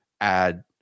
add